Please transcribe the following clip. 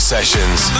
Sessions